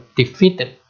defeated